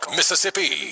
Mississippi